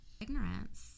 Ignorance